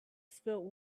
spilled